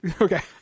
Okay